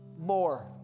More